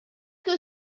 que